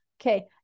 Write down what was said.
Okay